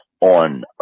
on